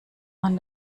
man